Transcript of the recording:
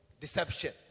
Deception